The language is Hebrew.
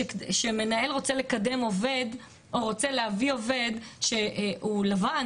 שכאשר המנהל רוצה לקדם עובד או להביא עובד שהוא לבן,